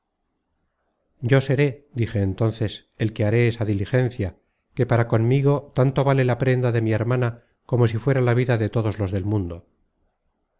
yo seré dije entónces el que haré esa diligencia que para conmigo tanto vale la prenda de mi hermana como si fuera la vida de todos los del mundo